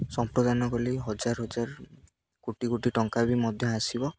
ସମ୍ପ୍ରଦାନ କଲି ହଜାର ହଜାର କୋଟି କୋଟି ଟଙ୍କା ବି ମଧ୍ୟ ଆସିବ